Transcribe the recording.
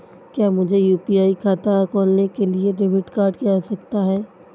क्या मुझे यू.पी.आई खाता खोलने के लिए डेबिट कार्ड की आवश्यकता है?